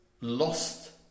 lost